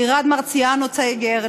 עירד מרציאנו צייגר,